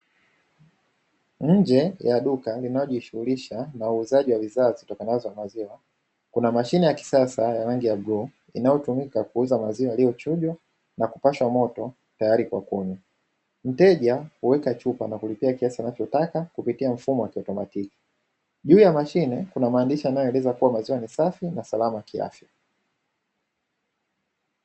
Nje ya duka linalojishughulisha na uuzaji wa bidhaa zitokanazo na maziwa, kuna mashine ya kisasa ya rangi ya bluu inayotumika kuuza maziwa yaliyochujwa na kupashwa moto tayari kwa kunywa, mteja kuweka chupa na kulipia kiasi anachotaka kupitia mfumo wa kiautomatiki juu ya mashine kuna maandishi yanayoeleza kuwa maziwa ni safi na salama kiafya.